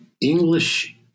English